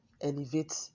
elevate